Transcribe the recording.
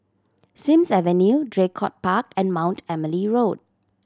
Sims Avenue Draycott Park and Mount Emily Road